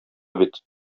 бит